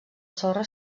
sorra